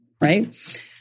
right